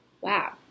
Wow